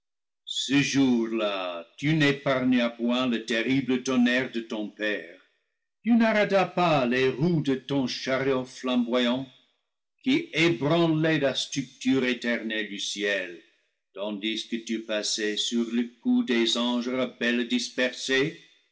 ce jour-là tu n'épargnas point le terrible tonnerre de ton père tu n'arrêtas pas les roues de ton chariot flamboyant qui ébranlaient la structure éternelle du ciel tandis que tu passais sur le cou des anges